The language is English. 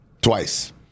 Twice